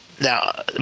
Now